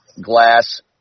Glass